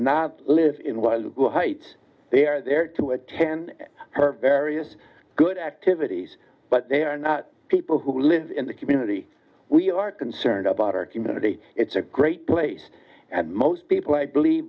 not live in well who hate they're there to attend her various good activities but they are not people who live in the community we are concerned about our community it's a great place and most people i believe